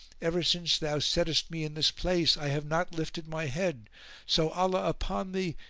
ever since thou settest me in this place, i have not lifted my head so allah upon thee,